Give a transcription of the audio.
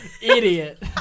Idiot